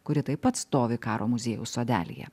kuri taip pat stovi karo muziejaus sodelyje